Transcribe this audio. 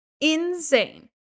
Insane